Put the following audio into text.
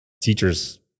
teacher's